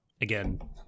again